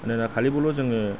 मानोना खालिबोल' जोङो